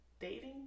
Dating